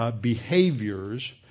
behaviors